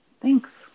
Thanks